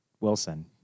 Wilson